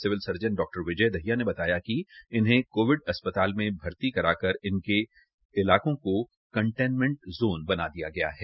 civil surgeon डॉ विजय दहिया ने बताया कि इनहे कोविड अस्पताल मे भर्ती करा कर इसके इलाकों को कंटेनमेंट ज़ोन बना दिया गया है